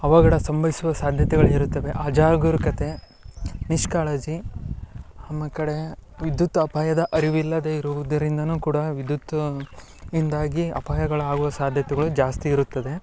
ಅವಘಡ ಸಂಭವಿಸುವ ಸಾಧ್ಯತೆಗಳಿರುತ್ತವೆ ಅಜಾಗರೂಕತೆ ನಿಷ್ಕಾಳಜಿ ಆಮೇಕಡೆ ವಿದ್ಯುತ್ ಅಪಾಯದ ಅರಿವಿಲ್ಲದೆ ಇರುವುದರಿಂದಲೂ ಕೂಡ ವಿದ್ಯುತ್ ಇಂದಾಗಿ ಅಪಾಯಗಳಾಗುವ ಸಾಧ್ಯತೆಗಳು ಜಾಸ್ತಿ ಇರುತ್ತದೆ